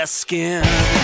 Skin